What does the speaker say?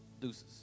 Deuces